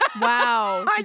wow